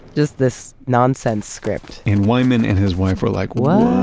just this nonsense script and wyman and his wife are like, whaaat?